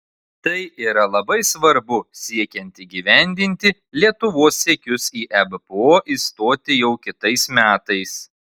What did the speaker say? tai yra labai svarbu siekiant įgyvendinti lietuvos siekius į ebpo įstoti jau kitais metais